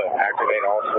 activate all